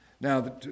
Now